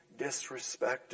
disrespected